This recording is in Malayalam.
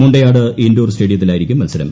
മുണ്ടയാട് ഇൻഡോർ സ്റ്റേഡിയത്തിലായിരിക്കും മത്സരം